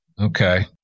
Okay